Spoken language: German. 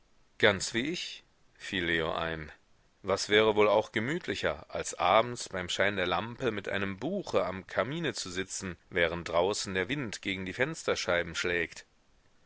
ganz wie ich fiel leo ein was wäre wohl auch gemütlicher als abends beim schein der lampe mit einem buche am kamine zu sitzen während draußen der wind gegen die fensterscheiben schlägt